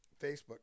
Facebook